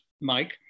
Mike